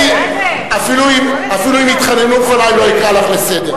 מה זה, אפילו אם יתחננו בפני, לא אקרא אותך לסדר.